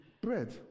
bread